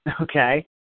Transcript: Okay